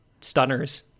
stunners